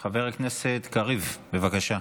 חבר הכנסת קריב, בבקשה.